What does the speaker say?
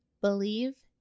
Believe